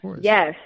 yes